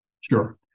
Sure